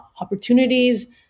opportunities